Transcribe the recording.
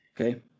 Okay